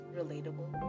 relatable